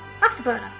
Afterburner